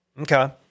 Okay